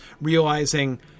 realizing